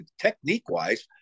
technique-wise